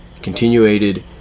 continuated